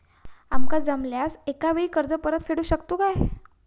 आमका जमल्यास एकाच वेळी कर्ज परत फेडू शकतू काय?